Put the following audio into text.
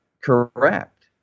correct